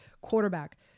quarterback